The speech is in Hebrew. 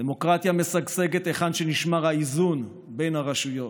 דמוקרטיה משגשגת היכן שנשמר האיזון בין הרשויות,